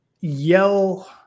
yell